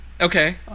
Okay